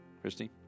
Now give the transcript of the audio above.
Christy